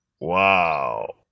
Wow